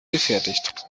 gefertigt